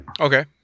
Okay